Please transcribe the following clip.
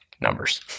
Numbers